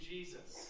Jesus